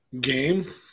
Game